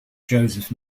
joseph